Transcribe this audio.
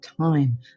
time